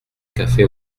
café